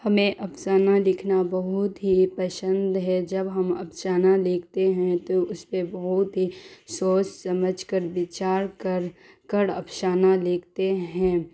ہمیں افسانہ لکھنا بہت ہی پسند ہے جب ہم افسانہ لکھتے ہیں تو اس پہ بہت ہی سوچ سمجھ کر وچار کر کر افسانہ لکھتے ہیں